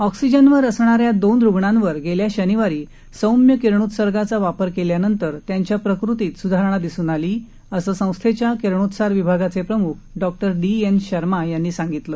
ऑक्सिजनवर असणाऱ्या दोन रूग्णांवर गेल्या शनिवारी सौम्य किरणोत्सर्गाचा वापर केल्यानंतर त्यांच्या प्रकृतीत सुधारणा दिसून आली आहे असं संस्थेच्या किरणोत्सार विभागाचे प्रमुख डॉ डी एन शर्मा यांनी सांगितलं